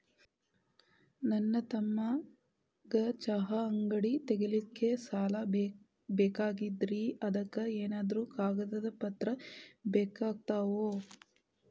ನನ್ನ ತಮ್ಮಗ ಚಹಾ ಅಂಗಡಿ ತಗಿಲಿಕ್ಕೆ ಸಾಲ ಬೇಕಾಗೆದ್ರಿ ಅದಕ ಏನೇನು ಕಾಗದ ಪತ್ರ ಬೇಕಾಗ್ತವು?